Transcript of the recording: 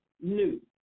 new